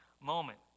moment